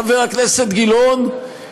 חבר הכנסת גילאון,